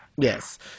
Yes